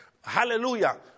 Hallelujah